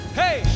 hey